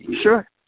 sure